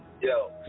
Yo